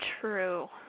True